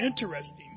interesting